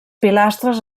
pilastres